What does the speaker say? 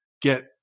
get